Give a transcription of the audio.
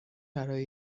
برای